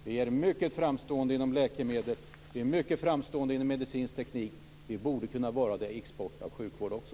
Vi är mycket framstående inom läkemedel. Vi är mycket framstående inom medicinsk teknik. Vi borde kunna vara det i fråga om export av sjukvård också.